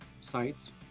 sites